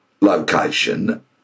location